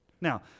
Now